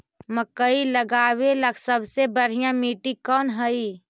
मकई लगावेला सबसे बढ़िया मिट्टी कौन हैइ?